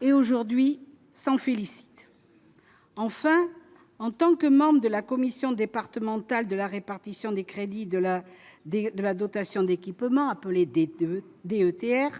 et aujourd'hui s'en félicitent, enfin, en tant que membre de la commission départementale de la répartition des crédits de la des de la dotation d'équipement appelé des de DETR